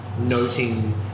noting